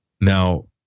Now